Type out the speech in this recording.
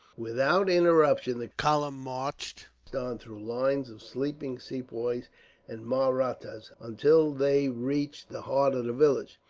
without interruption, the column marched on through lines of sleeping sepoys and mahrattas until they reached the heart of the village.